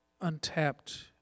untapped